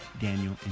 Daniel